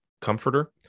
comforter